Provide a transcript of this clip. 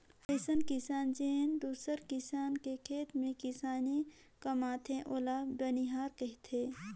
अइसन किसान जेन दूसर किसान के खेत में किसानी कमाथे ओला बनिहार केहथे